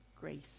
grace